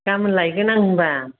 गामोन लायगोन आं होमबा